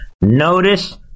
Notice